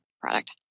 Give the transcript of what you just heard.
product